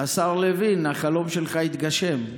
השר לוין, החלום שלך התגשם: